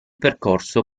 percorso